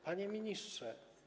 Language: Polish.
Panie Ministrze!